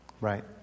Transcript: Right